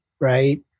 right